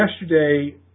yesterday